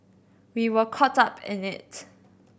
we were caught up in it